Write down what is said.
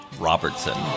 Robertson